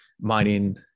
mining